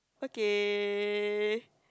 okay